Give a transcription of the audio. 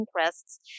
interests